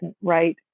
right